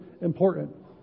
important